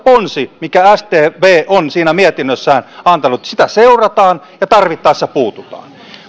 ponsi minkä stv on siinä mietinnössään antanut sitä seurataan ja siihen tarvittaessa puututaan